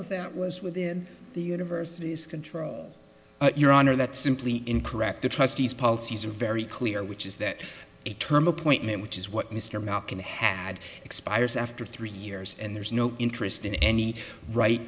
of that was within the university's control your honor that's simply incorrect the trustees policies are very clear which is that a term appointment which is what mr malkin had expires after three years and there's no interest in any right